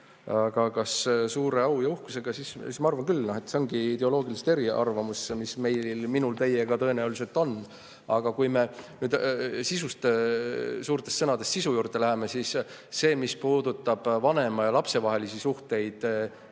Aga kas suure au ja uhkusega? Ma arvan küll, et see ongi ideoloogiline eriarvamus, mis mul ja teil tõenäoliselt on. Aga kui me nüüd suurtest sõnadest sisu juurde läheme, siis see, mis puudutab vanema ja lapse vahelisi suhteid,